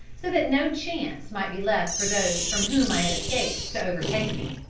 so that no chance might be left for those from whom i had escaped to overtake me.